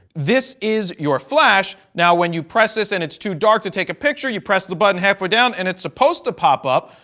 this is your flash. now, when you press this and it's too dark to take a picture, you press the button halfway down and it's supposed to pop up.